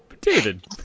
David